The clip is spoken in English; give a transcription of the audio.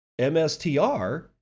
mstr